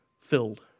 filled